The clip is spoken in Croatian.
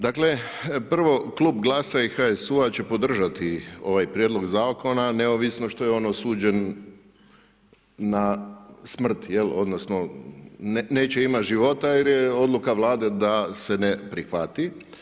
Dakle, prvo Klub GLASA i HSU-a će podržati ovaj Prijedlog zakona neovisno što je on osuđen na smrt, odnosno neće imat života jer je odluka Vlade da se ne prihvati.